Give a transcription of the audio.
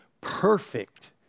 Perfect